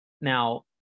now